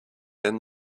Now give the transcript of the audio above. then